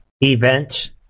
event